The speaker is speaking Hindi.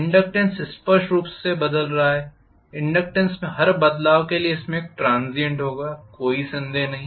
इनडक्टेन्स स्पष्ट रूप से बदल रहा है इनडक्टेन्स में हर बदलाव के लिए इसमें एक ट्रांसीएंट होगा कोई संदेह नहीं